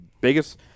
biggest